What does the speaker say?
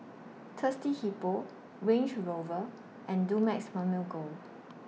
Thirsty Hippo Range Rover and Dumex Mamil Gold